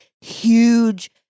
huge